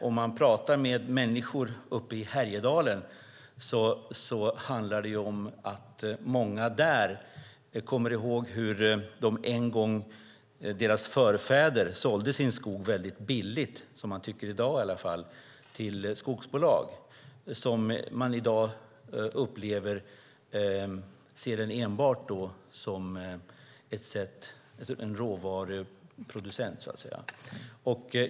Om man talar med människor i Härjedalen berättar många om hur deras förfäder en gång i tiden sålde sin skog mycket billigt till skogsbolagen som i dag ser skogen enbart som en råvaruproducent.